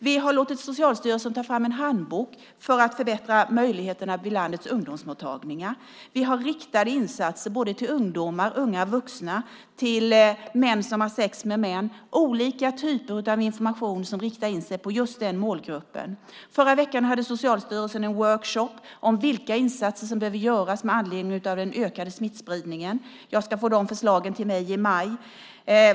Vi har låtit Socialstyrelsen ta fram en handbok för att förbättra möjligheterna vid landets ungdomsmottagningar. Vi har riktade insatser till ungdomar, unga vuxna och män som har sex med män. Det är olika typer av information som riktar in sig på just den målgruppen. Förra veckan hade Socialstyrelsen en workshop om vilka insatser som behöver göras med anledning av den ökade smittspridningen. Jag ska få de förslagen till mig i maj.